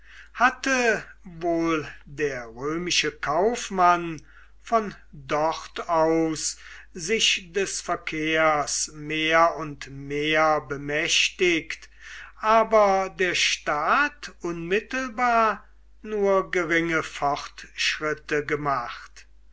hatte wohl der römische kaufmann von dort aus sich des verkehrs mehr und mehr bemächtigt aber der staat unmittelbar nur geringe fortschritte gemacht